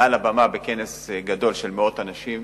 מעל הבמה בכנס גדול של מאות אנשים,